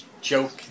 joke